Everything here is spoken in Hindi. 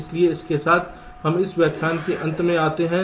इसलिए इसके साथ हम इस व्याख्यान के अंत में आते हैं